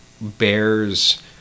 bears